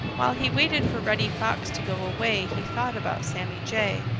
while he waited for reddy fox to go away he thought about sammy jay.